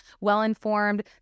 well-informed